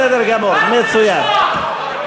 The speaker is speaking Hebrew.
בסדר גמור, מצוין.